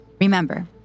Remember